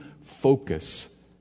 focus